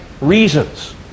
reasons